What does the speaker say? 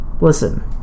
Listen